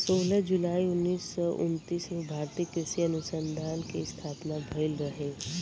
सोलह जुलाई उन्नीस सौ उनतीस में भारतीय कृषि अनुसंधान के स्थापना भईल रहे